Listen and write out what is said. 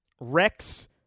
Rex